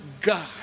God